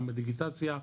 גם בדיגיטציה,